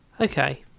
Okay